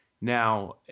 now